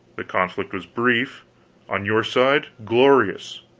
the conflict was brief on your side, glorious.